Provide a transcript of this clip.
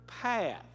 Path